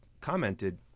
commented